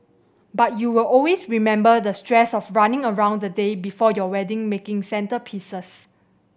but you'll always remember the stress of running around the day before your wedding making centrepieces